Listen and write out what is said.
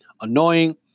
annoying